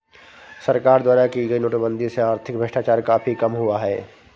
सरकार द्वारा की गई नोटबंदी से आर्थिक भ्रष्टाचार काफी कम हुआ है